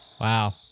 Wow